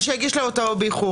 או שיגיש באיחור,